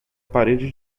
parede